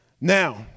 Now